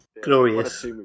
Glorious